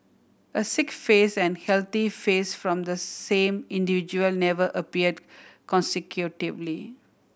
a sick face and healthy face from the same individual never appeared consecutively